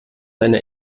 einer